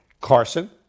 Carson